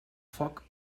foc